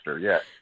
yes